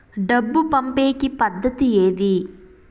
డబ్బు పంపేకి పద్దతి ఏది